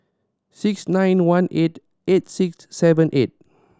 six nine one eight eight six seven eight